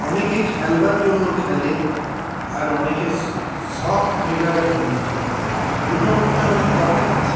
অনেকে খেলবার জন্য খেলে আর অনেকে শখ মেটাবার জন্য খেলে দুটোর মধ্যে অনেক তফাত আছে